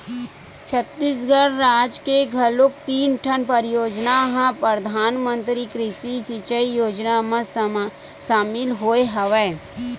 छत्तीसगढ़ राज के घलोक तीन ठन परियोजना ह परधानमंतरी कृषि सिंचई योजना म सामिल होय हवय